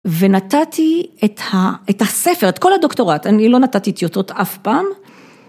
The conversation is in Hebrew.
ונתתי את הספר, את כל הדוקטורט, אני לא נתתי טיוטות אף פעם.